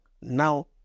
now